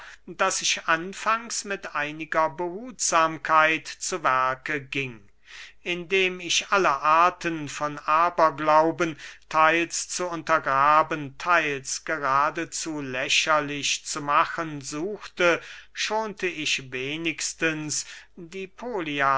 daß ich anfangs mit einiger behutsamkeit zu werke ging indem ich alle arten von aberglauben theils zu untergraben theils geradezu lächerlich zu machen suchte schonte ich wenigstens die polias